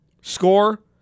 score